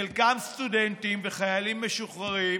חלקם סטודנטים וחיילים משוחררים